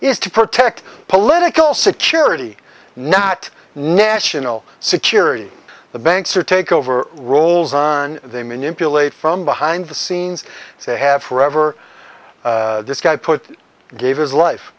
is to protect political security not national security the banks are takeover rolls on they manipulate from behind the scenes so they have forever this guy put gave his life